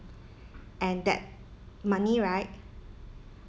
and that money right